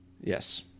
yes